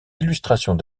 illustrations